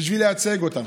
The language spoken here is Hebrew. בשביל לייצג אותם.